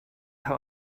how